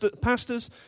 pastors